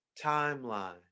timeline